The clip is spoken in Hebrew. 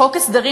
חוק הסדרים,